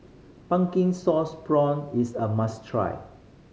pumpkin sauce prawn is a must try